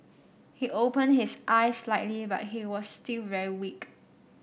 he opened his eyes slightly but he was still very weak